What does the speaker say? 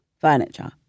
furniture